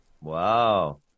Wow